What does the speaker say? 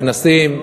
בכנסים,